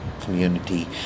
community